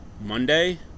Monday